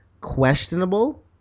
questionable